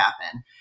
happen